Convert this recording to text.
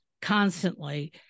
constantly